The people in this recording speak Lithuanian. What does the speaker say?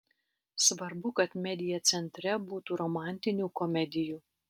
svarbu kad media centre būtų romantinių komedijų